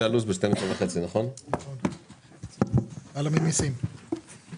הישיבה ננעלה בשעה 11:25.